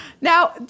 Now